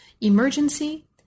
emergency